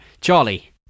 Charlie